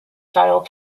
style